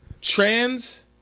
trans